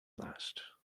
last